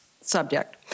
subject